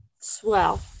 swell